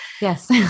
Yes